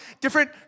different